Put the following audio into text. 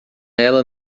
ela